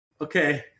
okay